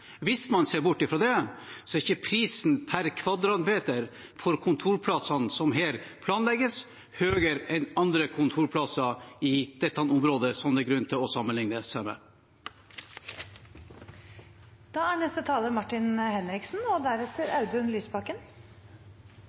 Hvis man ser bort fra det, er ikke prisen per kvadratmeter for kontorplassene som her planlegges, høyere enn andre kontorplasser i dette området som det er grunn til å sammenligne med. For meg, som er